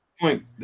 point